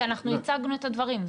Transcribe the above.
כי אנחנו הצגנו את הדברים.